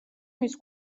მის